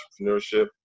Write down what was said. entrepreneurship